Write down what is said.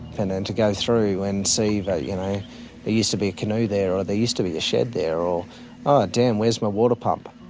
and then to go through and see that you know there used to be a canoe there or there used to be a shed there or oh damn where's my water pump.